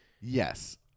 Yes